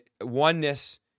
oneness